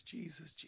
Jesus